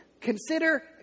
Consider